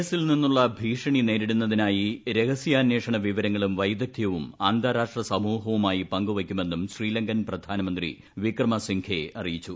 എസിൽ നിന്നുള്ള ഭീക്ഷണി നേര്ട്ടുണ്ട്രിനായി രഹസ്യാന്വേഷണ വിവരങ്ങളും വൈദഗ്ദ്ധ്യവും അന്താരാഷ്ട്ര സമൂഹവുമായി പങ്കുവെ യ്ക്കുമെന്നും ശ്രീലങ്കൻ പ്രധാന്മന്ത്രീ വിക്രമസിൻഗെ അറിയിച്ചു